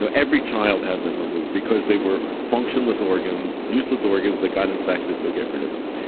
so every child had them removed because they were functionless organs, useless organs that got infected. so get rid of them.